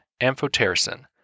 amphotericin